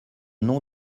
nom